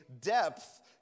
depth